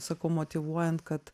sakau motyvuojant kad